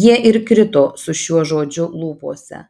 jie ir krito su šiuo žodžiu lūpose